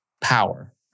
power